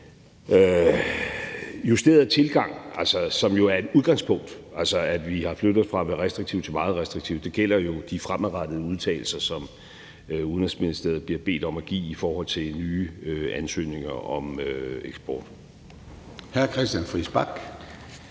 justerede tilgang, som jo er et udgangspunkt, altså at vi har flyttet os fra at være restriktive til at være meget restriktive, gælder de fremadrettede udtalelser, som Udenrigsministeriet bliver bedt om at give i forhold til nye ansøgninger om eksport. Kl. 21:51 Formanden